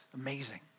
Amazing